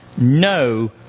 no